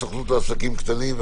הסוכנות לעסקים קטנים, משרד הכלכלה.